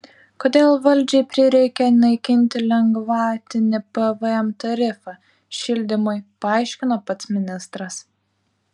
kodėl valdžiai prireikė naikinti lengvatinį pvm tarifą šildymui paaiškino pats ministras